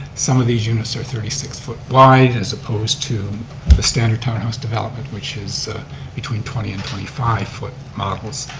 some of these units are thirty six feet wide as opposed to the standard townhouse development, which is between twenty and thirty five foot models.